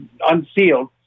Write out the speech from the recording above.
unsealed